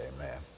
Amen